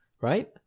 right